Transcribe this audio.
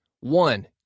One